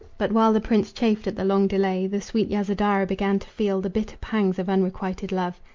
but while the prince chafed at the long delay, the sweet yasodhara began to feel the bitter pangs of unrequited love.